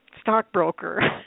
stockbroker